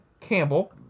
Campbell